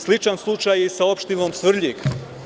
Sličan slučaj je i sa opštinom Svrljig.